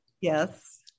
yes